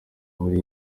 muri